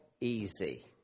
easy